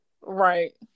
right